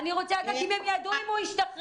אני רוצה לדעת אם הם ידעו שהוא השתחרר,